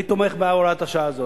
אני תומך בהוראת השעה הזאת.